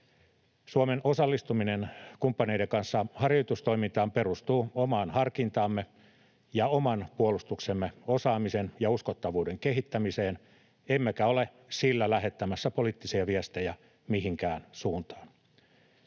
Suomen osallistuminen kumppaneiden kanssa harjoitustoimintaan perustuu omaan harkintaamme ja oman puolustuksemme osaamisen ja uskottavuuden kehittämiseen, emmekä ole sillä lähettämässä poliittisia viestejä mihinkään suuntaan.